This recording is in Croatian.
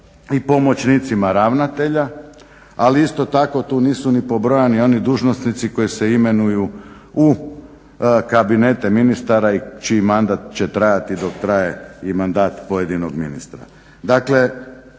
i pomoćnicima ravnatelja. Ali isto tako tu nisu ni pobrojani oni dužnosnici koji se imenuju u kabinete ministara i čiji mandat će trajati dok traje i mandat pojedinog ministra.